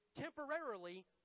temporarily